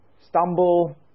stumble